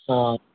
অঁ